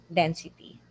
density